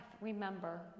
remember